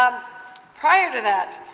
um prior to that,